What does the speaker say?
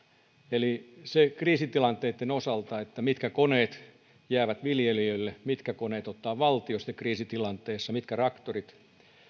kriisitilanteiden osalta mitkä koneet jäävät viljelijöille mitkä koneet mitkä traktorit ottaa valtio sitten kriisitilanteessa